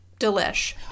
Delish